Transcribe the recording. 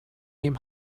aim